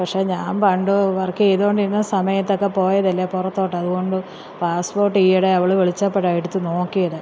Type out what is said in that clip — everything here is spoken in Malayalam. പക്ഷേ ഞാൻ പണ്ട് വർക്ക് ചെയ്തോണ്ടിരുന്ന സമയത്തൊക്കെ പോയതല്ലേ പുറത്തോട്ട് അതുകൊണ്ട് പാസ്പോർട്ട് ഈയിടെ അവള് വിളിച്ചപ്പോഴാണ് എടുത്ത് നോക്കിയത്